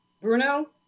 Bruno